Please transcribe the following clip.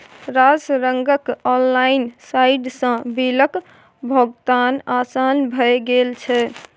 रास रंगक ऑनलाइन साइटसँ बिलक भोगतान आसान भए गेल छै